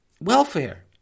welfare